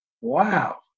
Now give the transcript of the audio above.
wow